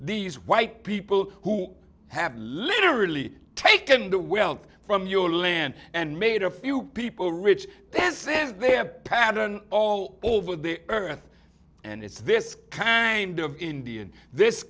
these white people who have literally taken the wealth from your land and made a few people rich this is their pattern all over the earth and it's this kind of indian this